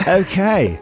okay